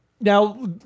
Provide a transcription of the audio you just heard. Now